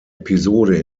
episode